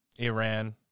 Iran